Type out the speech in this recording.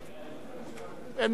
סליחה,